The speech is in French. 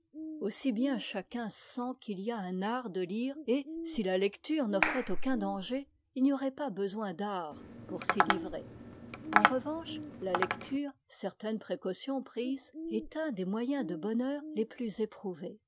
aussi bien chacun sent qu'il y a un art de lire et si la lecture n'offrait aucun danger il n'y aurait pas besoin d'art pour s'y livrer en revanche la lecture certaines précautions prises est un des moyens de bonheur les plus éprouvés